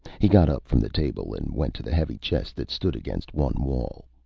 he got up from the table and went to the heavy chest that stood against one wall.